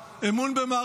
אמון גם במשטרה,